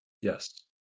Yes